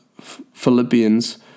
Philippians